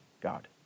God